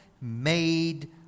made